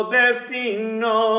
destino